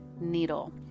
needle